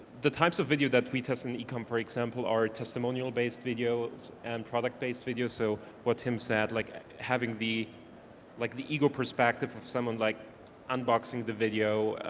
the types of video that we test and on ecomm for example, our testimonial based videos and product based videos so, what tim said like having the like the ego perspective of someone like unboxing the video,